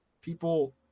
people